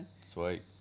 Sweet